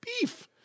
Beef